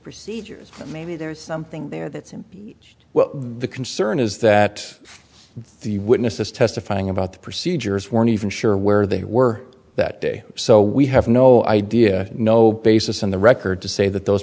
procedures and maybe there's something there that's him as well the concern is that the witnesses testifying about the procedures weren't even sure where they were that day so we have no idea no basis in the record to say that those